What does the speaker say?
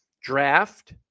draft